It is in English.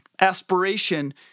aspiration